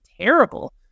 terrible